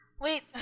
wait